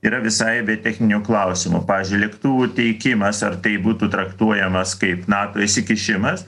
yra visai aibė techninių klausimų pavyzdžiui lėktuvų teikimas ar tai būtų traktuojamas kaip nato įsikišimas